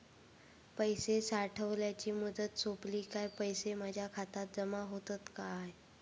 पैसे ठेवल्याची मुदत सोपली काय पैसे माझ्या खात्यात जमा होतात काय?